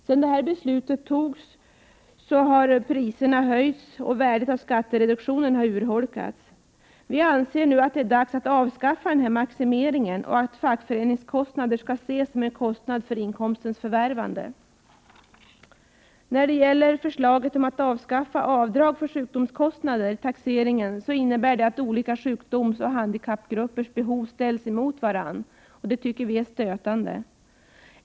Sedan beslutet fattades har priserna höjts och värdet av skattereduktionen urholkats. Vi anser nu att det är dags att avskaffa maximeringen och att fackföreningskostnaderna skall ses som en kostnad för inkomstens förvärvande. Förslaget om att vid taxeringen avskaffa avdrag för sjukdomskostnader innebär att olika sjukdomsoch handikappgruppers behov ställs emot varandra, och det tycker vi är stötande.